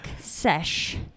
sesh